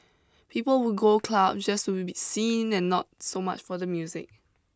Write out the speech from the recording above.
people would go clubs just to be seen and not so much for the music